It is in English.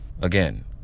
again